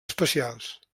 especials